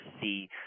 see